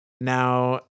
Now